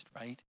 right